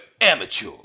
amateur